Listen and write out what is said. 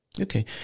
Okay